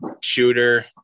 shooter